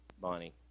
Bonnie